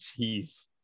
jeez